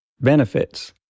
benefits